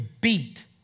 beat